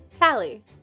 Tally